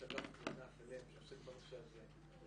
יש אגף קרינה שלם שעוסק בנושא הזה.